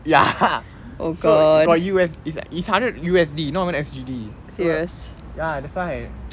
ya so got U_S~ is is hundred U_S_D not even S_G_D so ya that's why